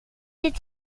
est